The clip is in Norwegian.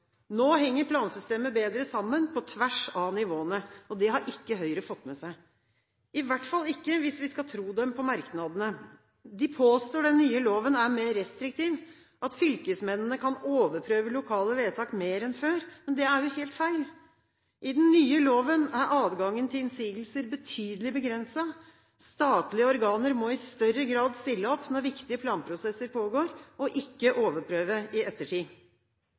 Nå henger plansystemet bedre sammen, på tvers av nivåene. Det har ikke Høyre fått med seg, i hvert fall ikke hvis vi skal tro dem på merknadene. De påstår at den nye loven er mer restriktiv, at fylkesmennene kan overprøve lokale vedtak mer enn før. Men det er jo helt feil. I den nye loven er adgangen til innsigelser betydelig begrenset. Statlige organer må i større grad stille opp når viktige planprosesser pågår, og ikke overprøve i ettertid.